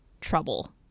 trouble